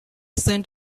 scent